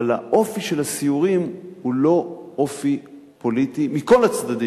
אבל האופי של הסיורים הוא לא אופי פוליטי מכל הצדדים.